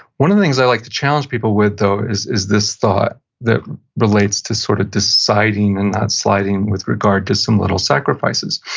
one of the things i like to challenge people with though is is this thought that relates to sort of deciding and not sliding with regard to some little sacrifices,